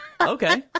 Okay